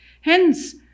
Hence